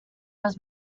was